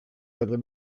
juurde